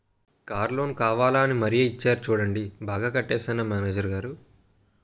Car loan కావాలా అని మరీ ఇచ్చేరు చూడండి బాగా కట్టేశానా మేనేజరు గారూ?